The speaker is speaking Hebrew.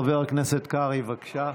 חבר הכנסת קרעי, בבקשה,